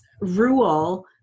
rule